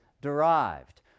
derived